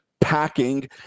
packing